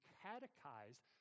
catechized